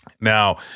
Now